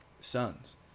sons